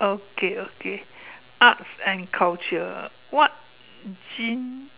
okay okay arts and culture what gene